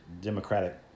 Democratic